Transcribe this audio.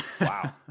wow